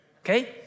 Okay